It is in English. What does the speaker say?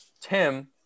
Tim